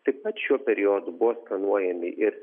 taip pat šiuo periodu buvo skanuojami ir